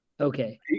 Okay